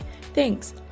Thanks